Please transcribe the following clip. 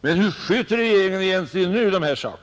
Men hur sköter regeringen egentligen nu dessa saker?